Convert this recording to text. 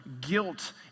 guilt